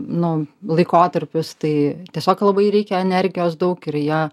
nu laikotarpis tai tiesiog labai reikia energijos daug ir jie